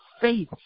faith